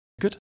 Good